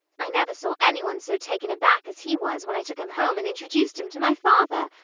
i never saw anyone so taken aback as he was when i took him home and introduced him to my father,